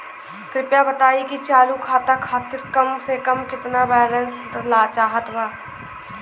कृपया बताई कि चालू खाता खातिर कम से कम केतना बैलैंस चाहत बा